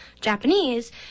Japanese